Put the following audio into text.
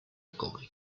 cobre